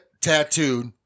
tattooed